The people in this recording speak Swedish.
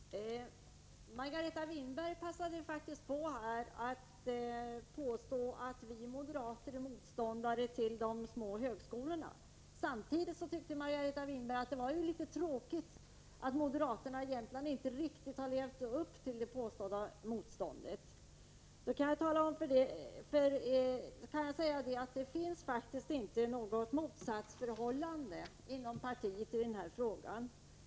Prot. 1985/86:104 Herr talman! Margareta Winberg passade här på att påstå att vi moderater = 1 april 1986 är motståndare till de små högskolorna. Samtidigt tyckte Margareta Winberg att det var litet tråkigt att moderaterna egentligen inte riktigt har levt upp till fs Before S utvecklingen det påstådda motståndet. E i Norrlands Då kan jag säga att det faktiskt inte finns något motsatsförhållande inom partiet i den här frågan.